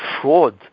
fraud